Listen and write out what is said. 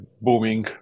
booming